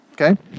Okay